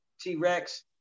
T-Rex